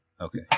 okay